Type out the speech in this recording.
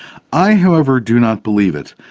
i however do not believe it.